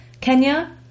Kenya